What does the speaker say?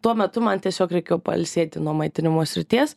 tuo metu man tiesiog reikėjo pailsėti nuo maitinimo srities